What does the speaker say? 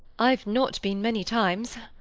i've not been many times.